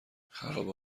خرابه